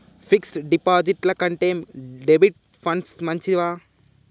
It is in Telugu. ఫిక్స్ డ్ డిపాజిట్ల కంటే డెబిట్ ఫండ్స్ మంచివా?